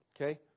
Okay